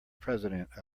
president